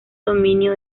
dominio